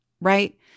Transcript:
right